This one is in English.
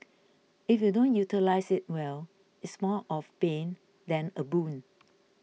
if you don't utilise it well it's more of bane than a boon